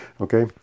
Okay